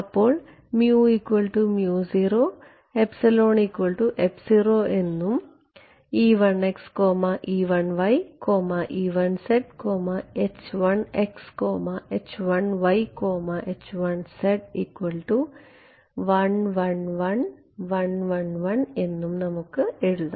അപ്പോൾ എന്നുംഎന്നും നമുക്ക് എഴുതാം